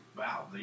Wow